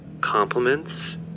compliments